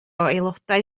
aelodau